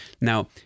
Now